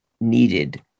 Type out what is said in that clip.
needed